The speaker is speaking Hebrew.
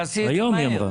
את תעשי את זה מהר.